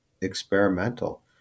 experimental